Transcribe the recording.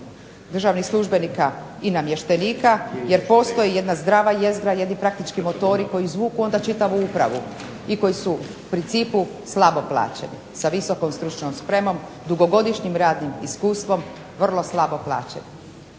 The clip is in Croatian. državnih službenika i namještenika jer postoji jedna zdrava jezgra, jedni praktički motori koji izvuku onda čitavu upravu i koji su u principu slabo plaćeni sa visokom stručnom spremom, dugogodišnji radnim iskustvom vrlo slabo plaćeni.